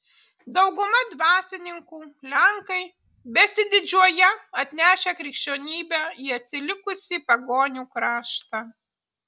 dauguma dvasininkų lenkai besididžiuoją atnešę krikščionybę į atsilikusį pagonių kraštą